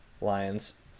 Lions